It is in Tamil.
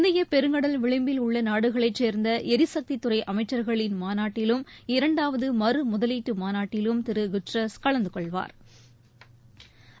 இந்திய பெருங்கடல் விளிம்பில் உள்ள நாடுகளைச் சோ்ந்த எரிசக்தித் துறை அமைச்சா்களின் மாநாட்டிலும் இரண்டாவது மறுமுதலீட்டு மாநாட்டிலும் திரு குட்ரஸ் கலந்து கொள்வாா்